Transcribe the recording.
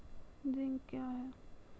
Zinc क्या हैं?